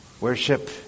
Worship